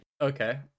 Okay